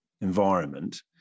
environment